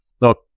look